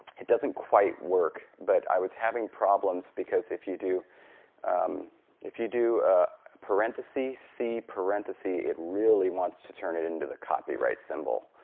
it doesn't quite work, but i was having problems because if you do if you do parentheses c parentheses, it really wants to turn it into the copyright symbol.